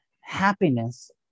happiness